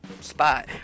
spot